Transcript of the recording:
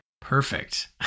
Perfect